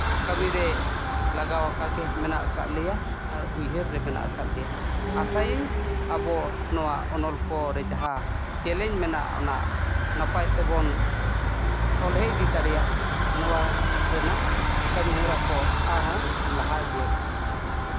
ᱠᱟᱹᱢᱤ ᱨᱮ ᱞᱟᱜᱟᱣ ᱟᱠᱟᱜ ᱜᱮ ᱢᱮᱱᱟᱜ ᱞᱮᱭᱟ ᱟᱨ ᱩᱭᱦᱟᱹᱨ ᱨᱮ ᱢᱮᱱᱟᱜ ᱟᱠᱟᱫ ᱞᱮᱭᱟ ᱟᱥᱟᱭᱟᱹᱧ ᱟᱵᱚ ᱱᱚᱣᱟ ᱚᱱᱚᱞ ᱠᱚᱨᱮ ᱡᱟᱦᱟᱸ ᱪᱮᱞᱮᱧᱡᱽ ᱢᱮᱱᱟᱜᱼᱟ ᱚᱱᱟ ᱱᱟᱯᱟᱭ ᱛᱮᱵᱚᱱ ᱥᱚᱞᱦᱮ ᱤᱫᱤ ᱫᱟᱲᱮᱭᱟᱜᱼᱟ ᱱᱚᱣᱟ ᱨᱮᱱᱟᱜ ᱠᱟᱹᱢᱤ ᱦᱚᱨᱟ ᱠᱚ ᱟᱨᱦᱚᱸ ᱞᱟᱦᱟ ᱤᱫᱤᱭᱟᱵᱚᱱ